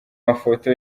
mafoto